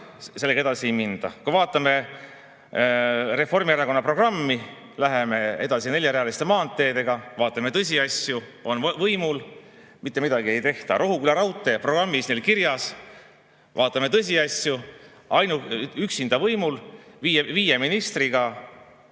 sellega edasi ei minda. Kui vaatame Reformierakonna programmi – läheme edasi neljarealiste maanteedega. Vaatame tõsiasju, on võimul – mitte midagi ei tehta. Rohuküla raudtee on neil programmis kirjas. Vaatame tõsiasju – üksinda võimul, viie ministriga